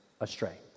astray